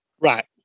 Right